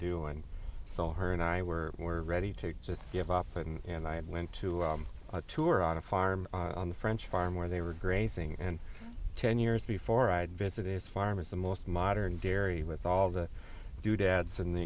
do and i saw her and i were were ready to just give up and i had went to a tour on a farm on the french farm where they were grazing and ten years before i had visited farmers the most modern dairy with all the doodads and the